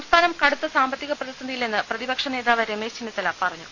സംസ്ഥാനം കടുത്ത സാമ്പത്തിക പ്രതിസന്ധിയിലെന്ന് പ്രതിപ ക്ഷനേതാവ് രമേശ് ചെന്നിത്തല പറഞ്ഞു